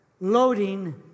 Loading